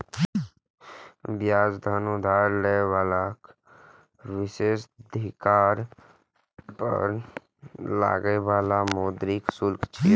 ब्याज धन उधार लेबाक विशेषाधिकार पर लागै बला मौद्रिक शुल्क छियै